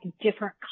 different